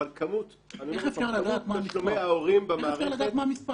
אבל כמות תשלומי ההורים במערכת --- איך אפשר לדעת מה המספר?